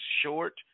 short